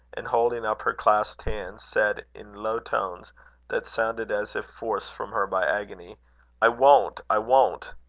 and holding up her clasped hands, said, in low tones that sounded as if forced from her by agony i won't! i won't!